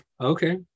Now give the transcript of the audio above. okay